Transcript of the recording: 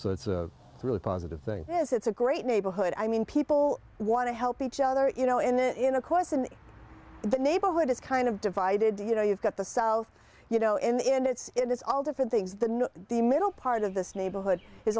so it's a really positive thing is it's a great neighborhood i mean people want to help each other you know in the in a course in the neighborhood is kind of divided you know you've got the south you know in the end it's all different things the not the middle part of this neighborhood is